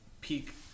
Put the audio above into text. peak